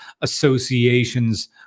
associations